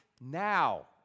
now